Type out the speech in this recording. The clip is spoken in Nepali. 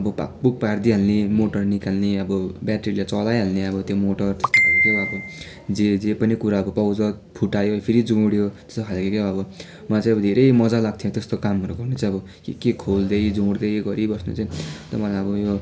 अब भाकभुक पारिदिहाल्ने मोटर निकाल्ने अब बेटेरीलाई चलाइहाल्ने अब त्यो मोटर अब जे जे पनि कुराको पाउँछ फुटायो फेरि जोड्यो त्यस्तो खाले के अब मलाई चाहिँ अब धेरै मजा लाग्थ्यो त्यस्तो कामहरू गर्न चाहिँ अब के के खोल्दै जोड्दै गरिबस्नु चाहिँ मलाई अब यो